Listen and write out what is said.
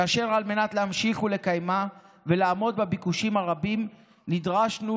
וכדי להמשיך ולקיימה ולעמוד בביקושים הרבים נדרשנו